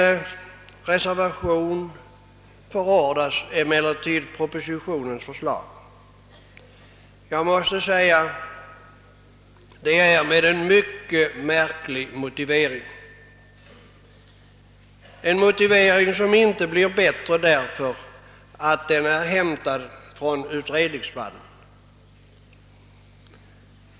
I en reservation förordas emellertid propositionens förslag och detta med en mycket märklig motivering, en motivering som inte blir bättre därför att den hämtats från utredningsmannen.